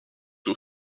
who